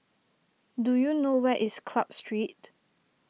do you know where is Club Street